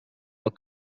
pel